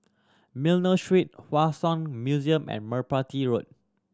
Miller Street Hua Song Museum and Merpati Road